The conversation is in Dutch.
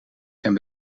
zijn